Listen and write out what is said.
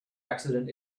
accident